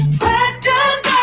questions